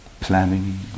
planning